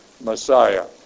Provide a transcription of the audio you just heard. Messiah